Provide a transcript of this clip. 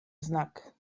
znak